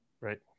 right